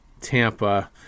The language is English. Tampa